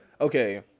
okay